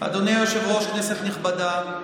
אדוני היושב-ראש, כנסת נכבדה,